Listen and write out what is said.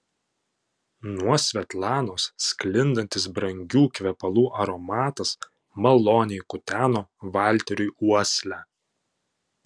nuo svetlanos sklindantis brangių kvepalų aromatas maloniai kuteno valteriui uoslę